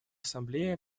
ассамблея